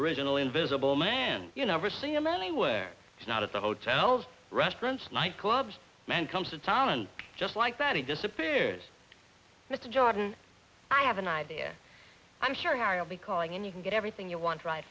original invisible man you never see him anywhere not at the hotels restaurants nightclubs man comes to town and just like that he disappears mr jordan i have an idea i'm sure harry will be calling and you can get everything you want ri